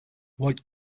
what